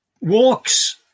Walks